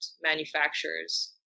manufacturers